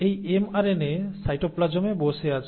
এই এমআরএনএ সাইটোপ্লাজমে বসে আছে